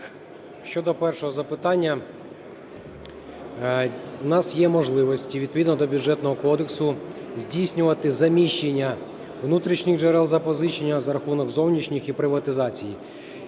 Щодо першого запитання. У нас є можливості відповідно до Бюджетного кодексу здійснювати заміщення внутрішніх джерел запозичення за рахунок зовнішніх і приватизації.